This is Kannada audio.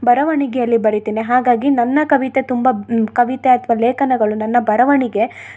ಬರವಣಿಗೆಯಲ್ಲಿ ಬರೀತಿನಿ ಹಾಗಾಗಿ ನನ್ನ ಕವಿತೆ ತುಂಬ ಕವಿತೆ ಅಥ್ವ ಲೇಖನಗಳು ನನ್ನ ಬರವಣಿಗೆ